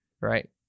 right